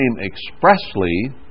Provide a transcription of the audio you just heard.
expressly